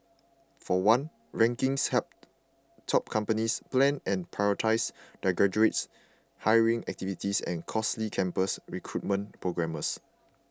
for one rankings help top companies plan and prioritise their graduates hiring activities and costly campus recruitment programmes